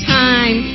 time